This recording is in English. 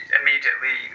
immediately